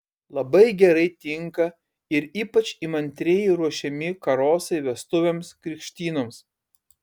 labai gerai tinka ir ypač įmantriai ruošiami karosai vestuvėms krikštynoms